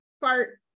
fart